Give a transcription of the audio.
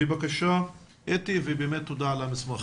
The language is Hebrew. בבקשה אתי, ובאמת תודה על המסמך.